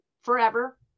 forever